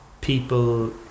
people